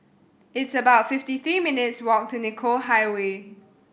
it's about fifty three minutes' walk to Nicoll Highway